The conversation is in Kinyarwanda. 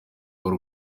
w’u